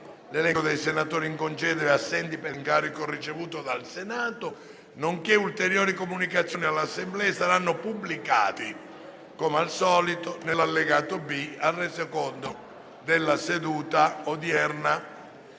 L'elenco dei senatori in congedo e assenti per incarico ricevuto dal Senato, nonché ulteriori comunicazioni all'Assemblea saranno pubblicati nell'allegato B al Resoconto della seduta odierna.